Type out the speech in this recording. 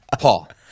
paul